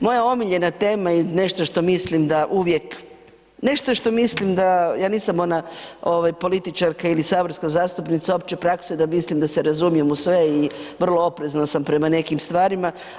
Moja omiljena tema je i nešto što mislim da uvijek, nešto što mislim da, ja nisam ona političarka ili saborska zastupnica opće prakse da mislim da se razumijem u sve i vrlo oprezna sam prema nekim stvarima.